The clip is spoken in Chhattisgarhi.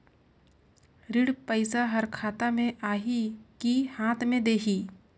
ऋण पइसा हर खाता मे आही की हाथ मे देही?